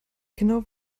genau